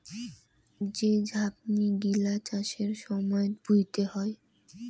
যে ঝাপনি গিলা চাষের সময়ত ভুঁইতে হই